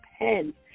depends